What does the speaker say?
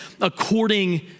according